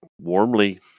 warmly